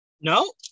no